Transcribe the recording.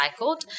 recycled